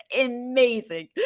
amazing